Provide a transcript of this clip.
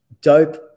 dope